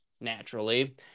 naturally